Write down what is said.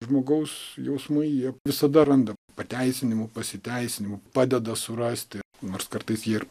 žmogaus jausmai jie visada randa pateisinimų pasiteisinimų padeda surasti nors kartais jie ir